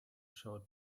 showed